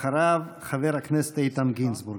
אחריו, חבר הכנסת איתן גינזבורג.